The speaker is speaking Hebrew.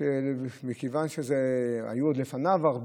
שמכיוון שהיו עוד הרבה לפניו,